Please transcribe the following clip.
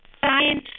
science